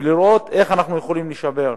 וצריך לראות איך אנחנו נוכל לשפר,